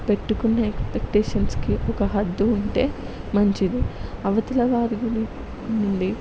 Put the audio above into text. పెట్టుకునే ఎక్స్పెక్టేషన్స్కి ఒక హద్దు ఉంటే మంచిది అవతలవారి గురి నుండి